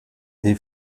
des